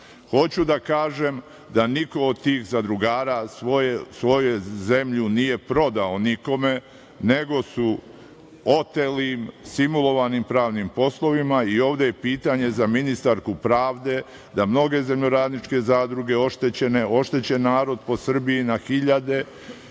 Hoću da kažem da niko od tih zadrugara svoju zemlju nije prodao nikome, nego su im oteli simulovanim pravnim poslovima. Ovde je pitanje za ministarku pravde, da mnoge zemljoradničke zadruge oštećene, oštećen narod po Srbiji, na hiljade